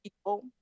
people